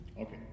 Okay